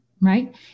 right